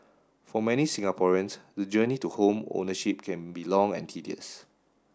for many Singaporeans the journey to home ownership can be long and tedious